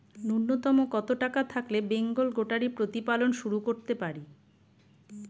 নূন্যতম কত টাকা থাকলে বেঙ্গল গোটারি প্রতিপালন শুরু করতে পারি?